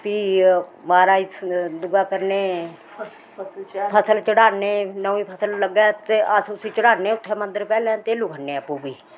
फ्ही महाराज दूआ करने फसल चढ़ाने नमीं फसल लग्गै ते अस उसी चढ़ाने उत्थैं मंदर पैह्ले तैलुं खन्ने आपूं फ्ही